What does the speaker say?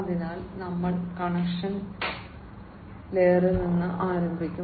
അതിനാൽ ഞങ്ങൾ കണക്ഷൻ ലെയറിൽ നിന്ന് ആരംഭിക്കും